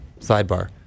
sidebar